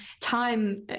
time